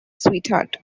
sweetheart